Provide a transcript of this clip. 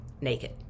naked